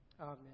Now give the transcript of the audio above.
amen